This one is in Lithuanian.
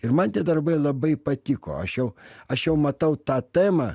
ir man tie darbai labai patiko aš jau aš jau matau tą temą